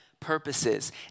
purposes